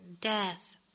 death